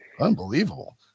Unbelievable